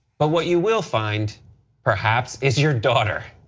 but what you will find perhaps is your daughter.